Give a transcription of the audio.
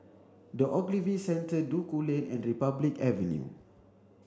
the Ogilvy Centre Duku Lane and Republic Avenue